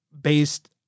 based